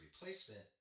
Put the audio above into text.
replacement